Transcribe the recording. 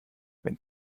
wenn